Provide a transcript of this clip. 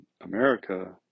America